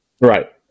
Right